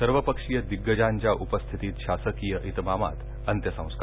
सर्वपक्षीय दिग्गजांच्या उपस्थितीत शासकीय इतमामानं अंत्यसंस्कार